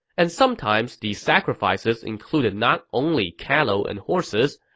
and sometimes these sacrifices included not only cattle and horses,